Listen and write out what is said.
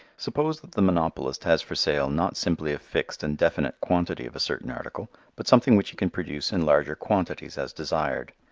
suppose that the monopolist has for sale not simply a fixed and definite quantity of a certain article, but something which he can produce in larger quantities as desired.